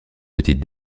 petite